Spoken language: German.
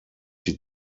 die